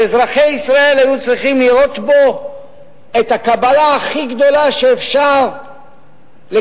שאזרחי ישראל היו צריכים לראות בו את הקבלה הכי גדולה שאפשר לקבל?